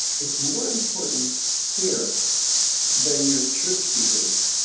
it's more important here than your church behavior.